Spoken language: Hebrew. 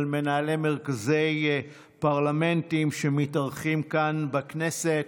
מנהלי מרכזי פרלמנטים והם מתארחים כאן בכנסת.